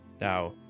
Now